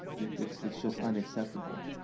it's it's just unacceptable.